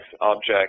object